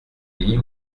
lit